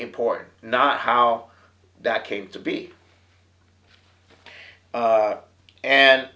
important not how that came to be and and